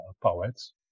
poets